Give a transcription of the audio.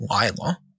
Lila